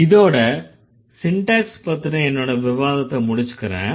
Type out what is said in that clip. இதோட சின்டேக்ஸ் பத்தின என்னோட விவாதத்த முடிச்சுக்கறேன்